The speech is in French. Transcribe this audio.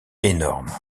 énorme